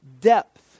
depth